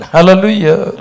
Hallelujah